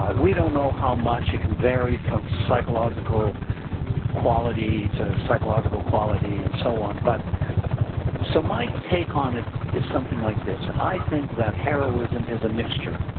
ah we don't know how much, it can vary from psychological quality to psychological quality and so on but so my take on it is something like this i think that heroism is a mixture,